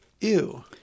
Ew